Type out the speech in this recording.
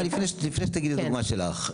לפני שתגידי את הדוגמא שלך.